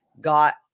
got